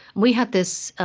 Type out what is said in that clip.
we had this,